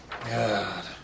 God